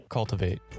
Cultivate